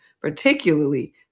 particularly